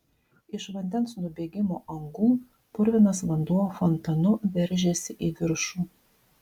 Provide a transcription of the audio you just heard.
iš vandens nubėgimo angų purvinas vanduo fontanu veržėsi į viršų